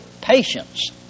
patience